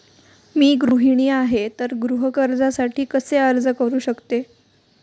मी गृहिणी आहे तर गृह कर्जासाठी कसे अर्ज करू शकते?